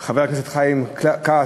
והבריאות חבר הכנסת חיים כץ,